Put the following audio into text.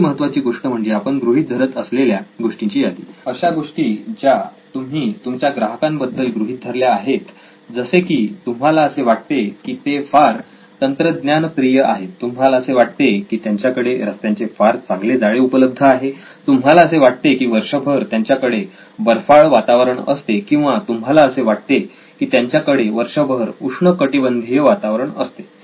दुसरी महत्त्वाची गोष्ट म्हणजे आपण गृहीत धरत असलेल्या गोष्टींची यादी अशा गोष्टी ज्या तुम्ही तुमच्या ग्राहकांबद्दल गृहीत धरल्या आहेत जसे की तुम्हाला असे वाटते की ते फार तंत्रज्ञानप्रिय आहेत तुम्हाला असे वाटते की त्यांच्याकडे रस्त्यांचे फार चांगले जाळे उपलब्ध आहे तुम्हाला असे वाटते की वर्षभर त्यांच्याकडे बर्फाळ वातावरण असते किंवा तुम्हाला असे वाटते की त्यांच्याकडे वर्षभर उष्ण कटिबंधीय वातावरण असते